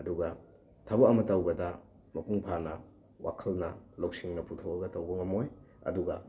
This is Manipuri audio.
ꯑꯗꯨꯒ ꯊꯕꯛ ꯑꯃ ꯇꯧꯕꯗ ꯃꯄꯨꯡ ꯐꯥꯅ ꯋꯥꯈꯜꯅ ꯂꯧꯁꯤꯡꯅ ꯄꯨꯊꯣꯛꯑꯒ ꯇꯧꯕ ꯉꯝꯃꯣꯏ ꯑꯗꯨꯒ